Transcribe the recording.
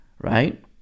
right